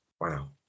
Wow